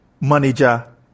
manager